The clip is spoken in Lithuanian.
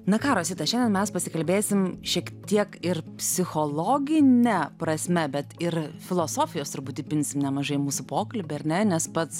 na ką rosita šiandien mes pasikalbėsim šiek tiek ir psichologine prasme bet ir filosofijos turbūt įpinsim nemažai į mūsų pokalbį ar ne nes pats